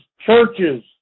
churches